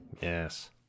Yes